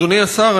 אדוני השר,